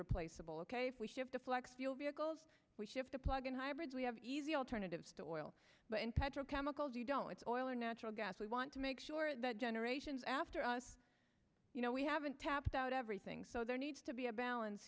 replaceable ok if we ship the flex fuel vehicles we ship to plug in hybrids we have easy alternatives to oil and petrochemicals you don't know it's oil or natural gas we want to make sure that generations after us you know we haven't tapped out everything so there needs to be a balance